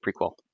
prequel